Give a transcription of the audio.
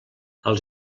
els